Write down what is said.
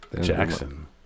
Jackson